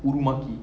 விறு:viru maki